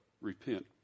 Repent